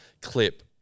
clip